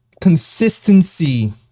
consistency